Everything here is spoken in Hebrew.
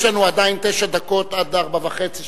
יש לנו עדיין תשע דקות עד 16:30,